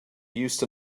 used